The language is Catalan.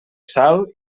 sal